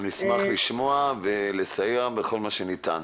אני אשמח לשמוע ולסייע בכל מה שניתן.